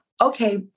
Okay